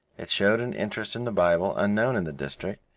it showed an interest in the bible unknown in the district,